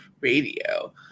Radio